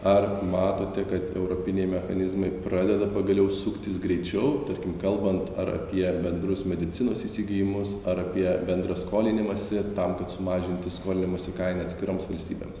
ar matote kad europiniai mechanizmai pradeda pagaliau suktis greičiau tarkim kalbant ar apie bendrus medicinos įsigijimus ar apie bendrą skolinimąsi tam kad sumažinti skolinimosi kainą atskiroms valstybėms